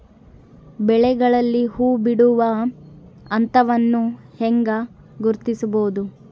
ಬೆಳೆಗಳಲ್ಲಿ ಹೂಬಿಡುವ ಹಂತವನ್ನು ಹೆಂಗ ಗುರ್ತಿಸಬೊದು?